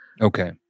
Okay